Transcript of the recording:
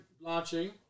launching